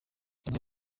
bamwe